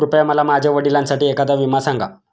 कृपया मला माझ्या वडिलांसाठी एखादा विमा सांगा